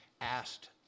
asked